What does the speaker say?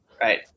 right